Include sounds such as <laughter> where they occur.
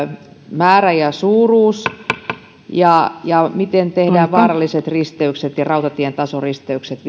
määrä ja suuruus ja ja vielä miten vaaralliset risteykset ja rautatien tasoristeykset <unintelligible>